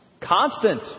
constant